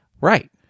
Right